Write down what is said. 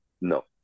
no